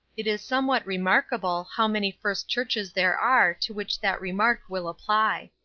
it is somewhat remarkable how many first churches there are to which that remark will apply.